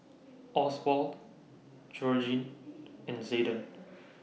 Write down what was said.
Oswald Georgene and Zaiden